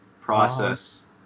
process